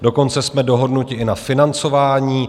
Dokonce jsme dohodnuti i na financování.